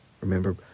Remember